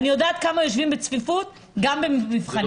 אני יודע באיזו צפיפות יושבים במבחנים.